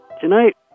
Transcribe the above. Tonight